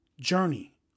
journey